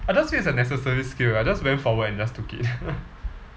I just feel it's a necessary skill I just went forward and just took it